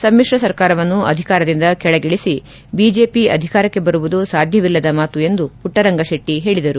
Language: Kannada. ಸಮಿತ್ರ ಸರ್ಕಾರವನ್ನು ಅಧಿಕಾರದಿಂದ ಕೆಳಗೆ ಇಳಿಸಿ ಬಿಜೆಪಿ ಅಧಿಕಾರಕ್ಕೆ ಬರುವುದು ಸಾಧ್ಯವಿಲ್ಲದ ಮಾತು ಎಂದು ಪುಟ್ಟರಂಗಶೆಟ್ಟಿ ಹೇಳಿದರು